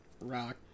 rock